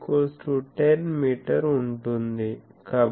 మీ మరియు a10 metre ఉంటుంది